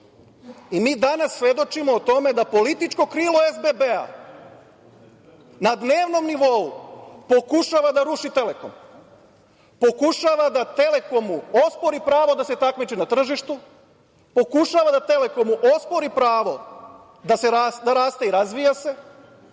danas svedočimo o tome da političko krilo SBB na dnevnom nivou pokušava da ruši „Telekom“, pokušava da „Telekomu“ ospori pravo da se takmiči na tržištu, pokušava da „Telekomu“ ospori pravo da raste i razvija se,